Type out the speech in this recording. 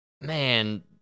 man